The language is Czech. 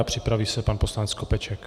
Připraví se pan poslanec Skopeček.